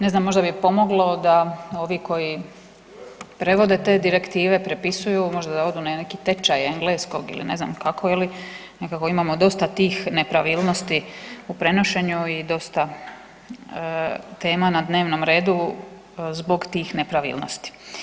Ne znam možda bi pomoglo da ovi koji prevode te direktive, prepisuju možda da odu na neki tečaj engleskog ili ne znam kako ili nekako imamo dosta tih nepravilnosti u prenošenju i dosta tema na dnevnom redu zbog tih nepravilnosti.